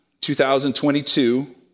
2022